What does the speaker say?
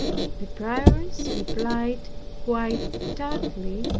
the prioress replied quite tartly,